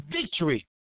victory